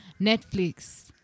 Netflix